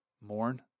mourn